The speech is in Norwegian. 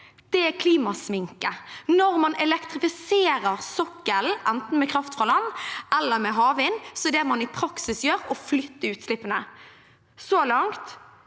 i – er klimasminke. Når man elektrifiserer sokkelen, enten med kraft fra land eller med havvind, er det man i praksis gjør, å flytte utslippene. Så langt